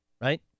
right